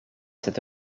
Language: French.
sept